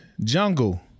Jungle